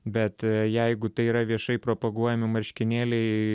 bet jeigu tai yra viešai propaguojami marškinėliai